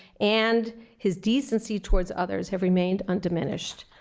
and his decency towards others have remained undiminished.